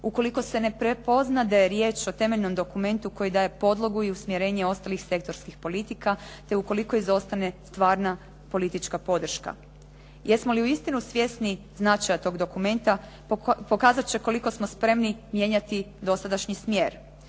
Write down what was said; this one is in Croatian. ukoliko se ne prepozna da je riječ o temeljnom dokumentu koji daje podlogu i usmjerenje ostalih sektorskih politika, te ukoliko izostane stvarna politička podrška. Jesmo li uistinu svjesni značaja tog dokumenta, pokazat će koliko smo spremni mijenjati dosadašnji smjer.